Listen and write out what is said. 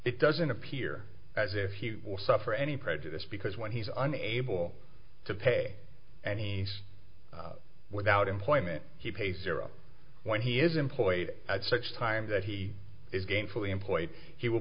it doesn't appear as if he will suffer any prejudice because when he's unable to pay and he's without employment he pays zero when he is employed at such time that he is gainfully employed he will